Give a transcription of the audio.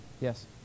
Yes